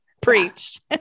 preach